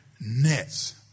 nets